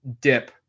dip